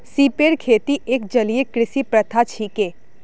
सिपेर खेती एक जलीय कृषि प्रथा छिके